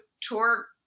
tour